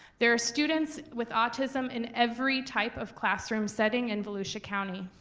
there are students with autism in every type of classroom setting in volusia county,